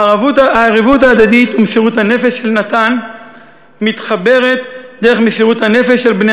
הערבות ההדדית ומסירות הנפש של נתן מתחברות דרך מסירות הנפש של בני